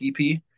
ep